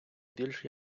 більш